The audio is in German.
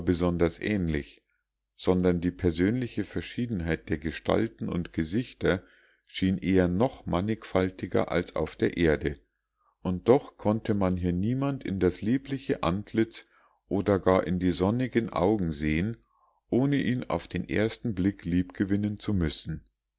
besonders ähnlich sondern die persönliche verschiedenheit der gestalten und gesichter schien eher noch mannigfaltiger als auf der erde und doch konnte man hier niemand in das liebliche antlitz oder gar in die sonnigen augen sehen ohne ihn auf den ersten blick liebgewinnen zu müssen